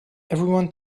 everyone